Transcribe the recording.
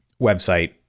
website